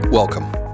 Welcome